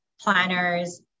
planners